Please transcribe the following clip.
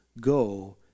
go